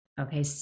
okay